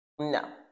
No